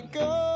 go